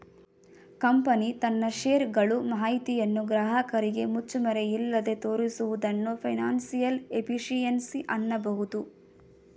company ತನ್ನ share ಗಳು ಮಾಹಿತಿಯನ್ನು ಗ್ರಾಹಕರಿಗೆ ಮುಚ್ಚುಮರೆಯಿಲ್ಲದೆ ತೋರಿಸುವುದನ್ನು ಫೈನಾನ್ಸಿಯಲ್ ಎಫಿಷಿಯನ್ಸಿ ಅನ್ನಬಹುದು